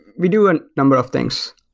we do a number of things.